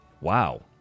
Wow